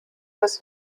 dass